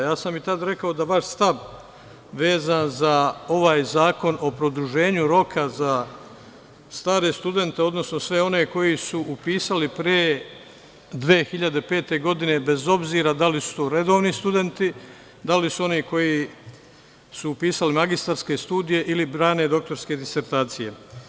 Ja sam i tad rekao da vaš stav vezan za ovaj Zakon o produženju roka za stare studente, odnosno, sve one koji su upisali pre 2005. godine, bez obzira da li su redovni studenti, da li su oni koji su upisali magistarske studije ili brane doktorske disertacije.